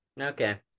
Okay